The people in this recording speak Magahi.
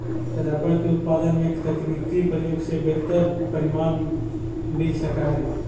रबर के उत्पादन में तकनीकी प्रयोग से बेहतर परिणाम मिल सकऽ हई